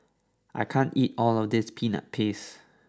I can't eat all of this peanut paste